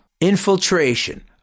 infiltration